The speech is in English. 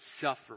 suffer